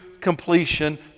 completion